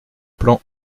plan